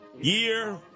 year